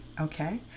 Okay